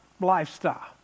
lifestyle